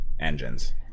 engines